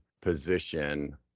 position